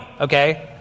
okay